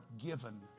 given